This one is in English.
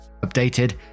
Updated